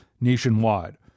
nationwide